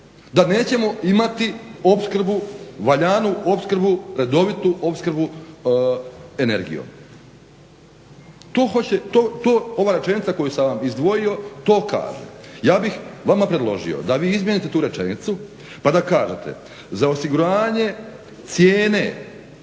Da nećemo imati opskrbu, valjanu opskrbu, redovitu opskrbu energijom. To ova rečenica koju sam vam izdvojio, to kaže. Ja bih vama predložio da vi izmijenite tu rečenicu, pa da kažete: "Za osiguranje cijene